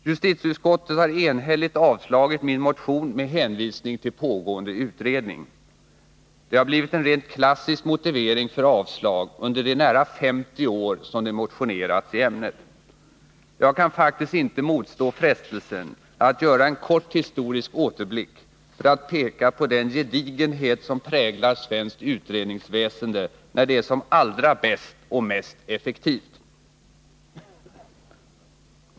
Justitieutskottet har enhälligt avstyrkt min motion med hänvisning till pågående utredning. Det har blivit en rent klassisk motivering för avslag under de nära 50 år som det motionerats i ämnet. Jag kan faktiskt inte motstå frestelsen att göra en kort historisk återblick för att peka på den gedigenhet som präglar svenskt utredningsväsende när det är som allra bäst och mest effektivt.